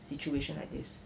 situation like this